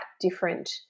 different